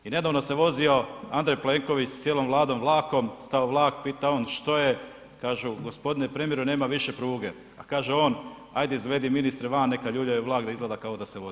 I nedavno se vozio Andrej Plenković sa cijelom Vladom vlakom, stao vlak, pita on što je, kažu g. premijeru nema više pruge a kaže on ajde izvedi ministre van neka ljuljaju vlak da izgleda kao da se vozimo.